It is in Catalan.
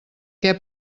què